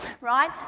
right